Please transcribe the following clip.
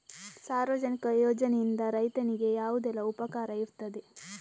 ಸಾರ್ವಜನಿಕ ಯೋಜನೆಯಿಂದ ರೈತನಿಗೆ ಯಾವುದೆಲ್ಲ ಉಪಕಾರ ಇರ್ತದೆ?